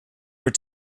were